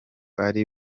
ari